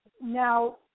Now